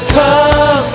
come